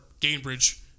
Gainbridge